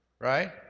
Right